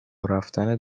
رفتن